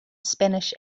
spanish